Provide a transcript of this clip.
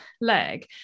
leg